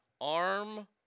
Arm